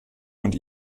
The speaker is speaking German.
und